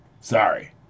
Sorry